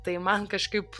tai man kažkaip